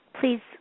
please